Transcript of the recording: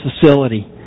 facility